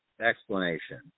explanation